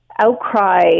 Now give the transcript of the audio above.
outcry